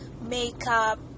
makeup